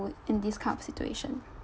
in this kind of situation